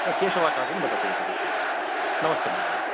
केशवाचार्यं वदति एतत् विषये नमस्ते महोदय